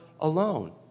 alone